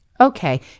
Okay